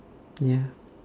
ya